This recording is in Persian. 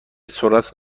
سرعت